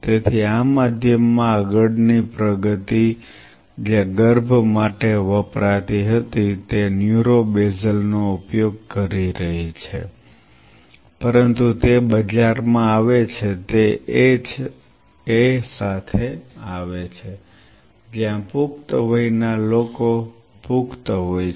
તેથી આ માધ્યમમાં આગળની પ્રગતિ જે ગર્ભ માટે વપરાતી હતી તે ન્યુરો બેઝલ નો ઉપયોગ કરી રહી છે પરંતુ તે બજારમાં આવે છે તે A સાથે આવે છે જ્યાં પુખ્ત વયના લોકો પુખ્ત હોય છે